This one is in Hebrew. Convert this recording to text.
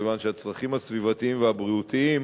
כיוון שהצרכים הסביבתיים והבריאותיים